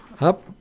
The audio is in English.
up